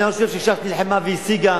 אני חושב שש"ס נלחמה והשיגה